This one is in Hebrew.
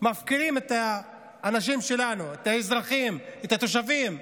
מפקירים את האנשים שלנו, את האזרחים, את התושבים,